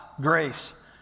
grace